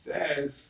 Says